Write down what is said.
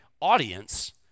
audience